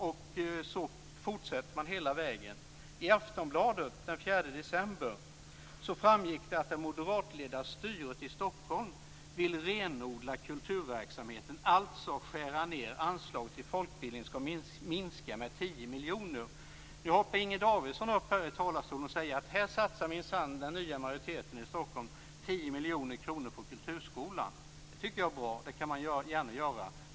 Och så fortsätter man hela vägen. I Aftonbladet den 4 december framgick det att det moderatledda styret i Stockholm vill renodla kulturverksamheten - alltså skära ned den. Anslaget till folkbildningen skall minska med 10 miljoner. Nu hoppar Inger Davidson upp i talarstolen och säger att här satsar minsann den nya majoriteten i Stockholm 10 miljoner kronor på kulturskolan. De tycker jag är bra. Det kan man gärna göra.